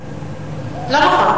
לא נכון.